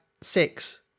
six